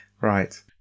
Right